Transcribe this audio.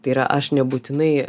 tai yra aš nebūtinai